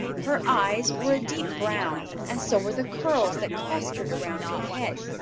her eyes were a deep brown and so were the curls that clustered around her head.